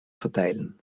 verteilen